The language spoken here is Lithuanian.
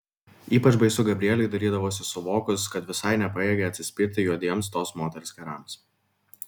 ypač baisu gabrieliui darydavosi suvokus kad visai nepajėgia atsispirti juodiems tos moters kerams